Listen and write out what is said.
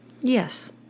Yes